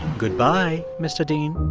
goodbye, mr. dean.